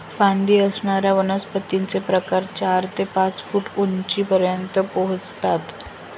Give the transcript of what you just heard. फांदी असणाऱ्या वनस्पतींचे प्रकार चार ते पाच फूट उंचीपर्यंत पोहोचतात